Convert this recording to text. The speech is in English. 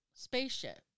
spaceship